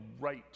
right